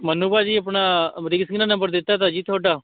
ਮੈਨੂੰ ਭਾਅ ਜੀ ਆਪਣਾ ਅਮਰੀਕ ਸਿੰਘ ਨੇ ਨੰਬਰ ਦਿੱਤਾ ਤਾ ਜੀ ਤੁਹਾਡਾ